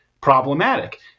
problematic